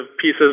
pieces